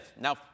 now